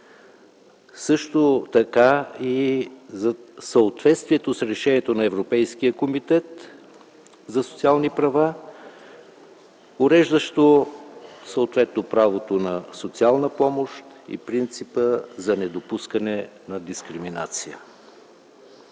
също така и зад съответствието с решението на Европейския комитет за социални права, уреждащо съответно правото на социална помощ и принципа за недопускане на дискриминация.